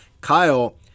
kyle